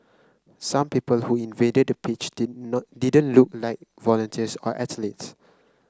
some people who invaded the pitch did not didn't look like volunteers or athletes